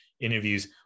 interviews